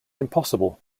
impossible